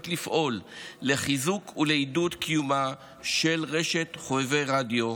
לפעול לחיזוק ולעידוד קיומה של רשת חובבי רדיו,